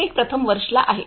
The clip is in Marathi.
टेक प्रथम वर्षला आहे